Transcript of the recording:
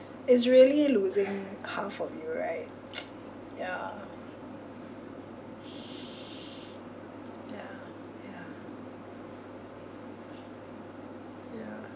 it's really losing half of you right ya ya ya ya